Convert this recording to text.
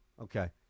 Okay